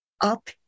up